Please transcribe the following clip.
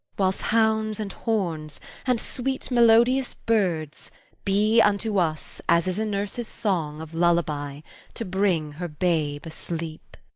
whiles hounds and horns and sweet melodious birds be unto us as is a nurse's song of lullaby to bring her babe asleep.